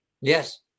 Yes